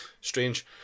Strange